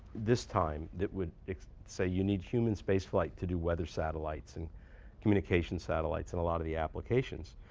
this time that would say you need human space flight to do weather satellites and communications satellites and a lot of the applications.